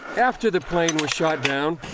after the plane was shot down,